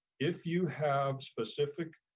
if you have specific